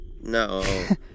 No